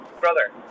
brother